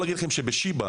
בשיבא